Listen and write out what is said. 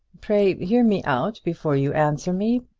pray hear me out before you answer me.